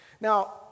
Now